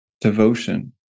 devotion